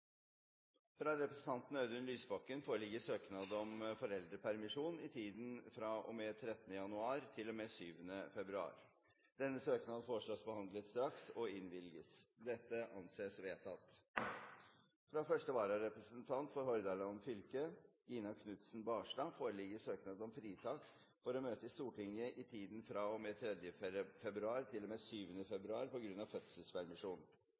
Fra representanten Audun Lysbakken foreligger søknad om foreldrepermisjon i tiden fra og med 13. januar til og med 7. februar. Denne søknaden foreslås behandlet straks og innvilget. – Det anses vedtatt. Fra første vararepresentant for Hordaland fylke, Gina Knutson Barstad, foreligger søknad om fritak for å møte i Stortinget i tiden